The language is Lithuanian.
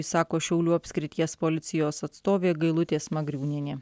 sako šiaulių apskrities policijos atstovė gailutė smagriūnienė